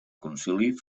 concili